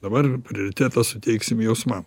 dabar prioritetą suteiksim jausmam